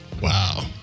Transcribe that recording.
Wow